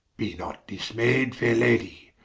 be not dismay'd, faire lady,